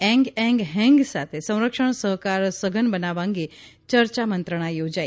એંગ Eng Hen સાથે સંરક્ષણ સહકાર સઘન બનાવવા અંગે ચર્ચા મંત્રણા યોજાઇ